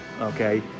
okay